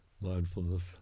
mindfulness